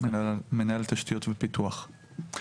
מנהל תשתיות ופיתוח.